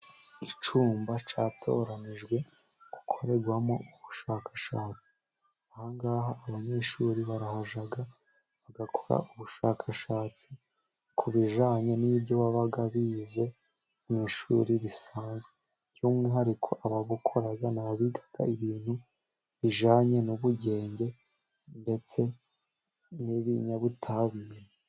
Icyumba cyatoranijwe gukorerwamo ubushakashatsi, aha ngaha abanyeshuri barahajya bagakora ubushakashatsi ku bijanye n'ibyo baba bize mu ishuri risanzwe, by'umwihariko ababukora n'abiga ibintu bijyanye n'ubugenge ndetse n'ibinyabutabire.